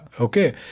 Okay